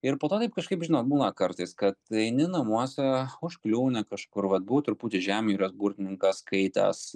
ir po to taip kažkaip žinot būna kartais kad eini namuose užkliūni kažkur vat buvau truputį žemjūrės burtininką skaitęs